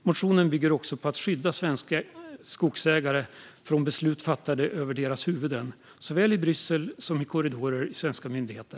Motionen bygger också på att skydda svenska skogsägare från beslut fattade över deras huvuden, såväl i Bryssel som i korridorer på svenska myndigheter.